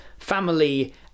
Family